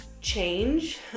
change